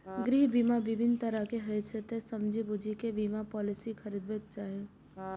गृह बीमा विभिन्न तरहक होइ छै, तें समझि बूझि कें बीमा पॉलिसी खरीदबाक चाही